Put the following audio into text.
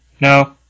No